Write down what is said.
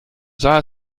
sah